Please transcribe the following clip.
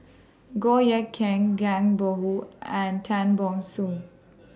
Goh Eck Kheng Zhang Bohe and Tan Ban Soon